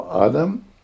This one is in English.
Adam